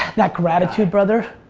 that gratitude, brother,